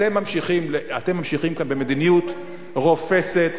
אתם ממשיכים כאן במדיניות רופסת,